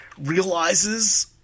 realizes